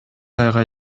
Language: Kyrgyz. айга